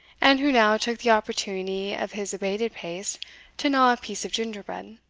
and who now took the opportunity of his abated pace to gnaw a piece of gingerbread,